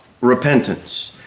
repentance